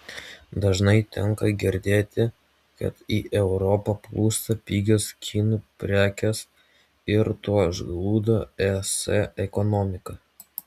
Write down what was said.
dažnai tenka girdėti kad į europą plūsta pigios kinų prekės ir tuo žlugdo es ekonomiką